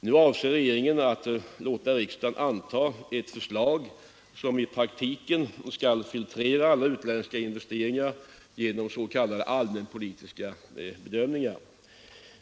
Nu avser regeringen att låta riksdagen anta ett förslag som i praktiken skall filtrera alla utländska investeringar genom s.k. allmänpolitiska bedömningar.